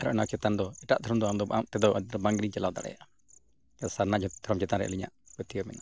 ᱟᱨ ᱚᱱᱟ ᱪᱮᱛᱟᱱ ᱫᱚ ᱮᱴᱟᱜ ᱫᱷᱚᱨᱚᱢ ᱫᱚ ᱟᱢᱫᱚ ᱟᱢᱛᱮ ᱫᱚ ᱵᱟᱝ ᱜᱤᱞᱤᱧ ᱪᱟᱞᱟᱣ ᱫᱟᱲᱮᱭᱟᱜᱼᱟ ᱥᱟᱨᱱᱟ ᱫᱷᱚᱨᱚᱢ ᱪᱮᱛᱟᱱ ᱨᱮ ᱟᱹᱞᱤᱧᱟᱜ ᱯᱟᱹᱛᱭᱟᱹᱣ ᱢᱮᱱᱟᱜᱼᱟ